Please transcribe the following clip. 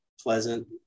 pleasant